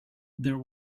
there